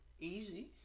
easy